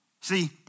See